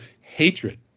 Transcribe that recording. hatred